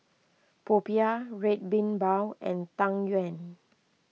Popiah Red Bean Bao and Tang Yuen